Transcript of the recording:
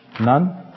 None